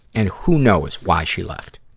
and who knows why she left,